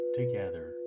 together